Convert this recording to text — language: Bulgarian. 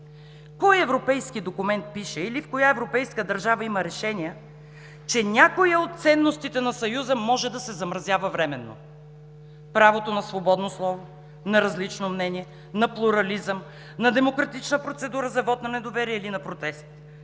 кой европейски документ пише или в коя европейска държава има решения, че някоя от ценностите на Съюза може да се замразява временно – правото на свободно слово, на различно мнение, на плурализъм, на демократична процедура за вот на недоверие или на протест?